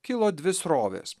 kilo dvi srovės